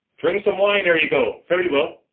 drink some wine ere you go fare you well.